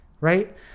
Right